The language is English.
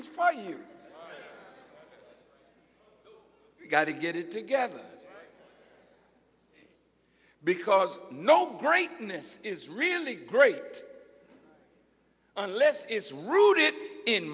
for you gotta get it together because no greatness is really great unless it's rooted in